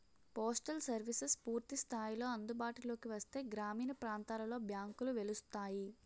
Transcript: postal services పూర్తి స్థాయిలో అందుబాటులోకి వస్తే గ్రామీణ ప్రాంతాలలో బ్యాంకులు వెలుస్తాయి